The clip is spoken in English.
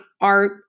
art